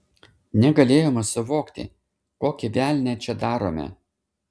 negalėjome suvokti kokį velnią čia darome